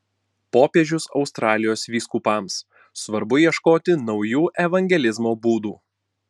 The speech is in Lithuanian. popiežius australijos vyskupams svarbu ieškoti naujų evangelizavimo būdų